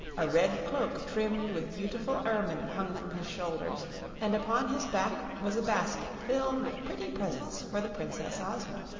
a red cloak trimmed with beautiful ermine hung from his shoulders and upon his back was a basket filled with pretty presents for the princess ozma.